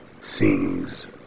sings